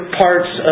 parts